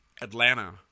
Atlanta